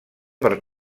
per